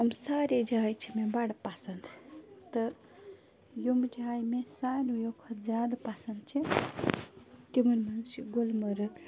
یِم سارے جایہِ چھِ مےٚ بَڑٕ پسنٛد تہٕ یِم جایہِ مےٚ ساروٕیو کھۄتہٕ زیادٕ پسنٛد چھِ تِمن منٛز چھِ گلمرگ